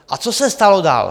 A co se stalo dál?